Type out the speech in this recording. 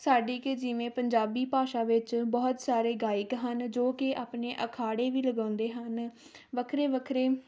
ਸਾਡੀ ਕਿ ਜਿਵੇਂ ਪੰਜਾਬੀ ਭਾਸ਼ਾ ਵਿੱਚ ਬਹੁਤ ਸਾਰੇ ਗਾਇਕ ਹਨ ਜੋ ਕਿ ਆਪਣੇ ਅਖਾੜੇ ਵੀ ਲਗਾਉਂਦੇ ਹਨ ਵੱਖਰੇ ਵੱਖਰੇ